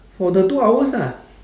for the two hours ah